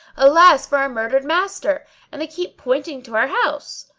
alas for our murdered master and they keep pointing to our house.